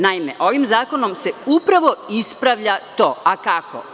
Naime, ovim zakonom se upravo ispravlja to, a kako?